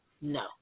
No